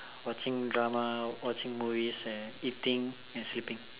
watching drama watching movies eating and sleeping